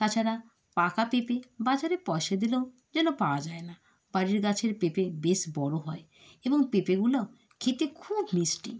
তাছাড়া পাকা পেঁপে বাজারে পয়সা দিলেও যেন পাওয়া যায় না বাড়ির গাছের পেঁপে বেশ বড় হয় এবং পেঁপেগুলো খেতে খুব মিষ্টি